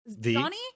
johnny